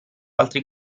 altri